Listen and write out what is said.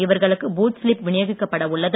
இவர்களுக்கு booth slip வினியோகிக்கப் பட உள்ளது